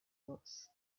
dos